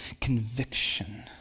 conviction